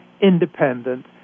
independent